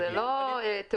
זה לא תיאורטי.